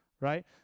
right